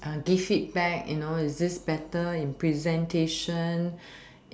uh give it back you know is it better in presentation